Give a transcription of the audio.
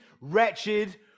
wretched